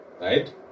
right